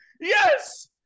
Yes